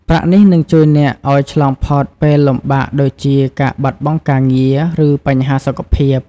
ប្រាក់នេះនឹងជួយអ្នកឱ្យឆ្លងផុតពេលលំបាកដូចជាការបាត់បង់ការងារ ឬបញ្ហាសុខភាព។